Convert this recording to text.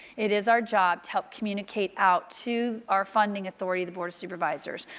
it is our job to help communicate out to our funding authority, the board of supervisors,